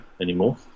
anymore